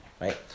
right